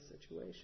situation